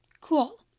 Cool